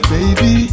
Baby